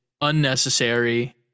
Unnecessary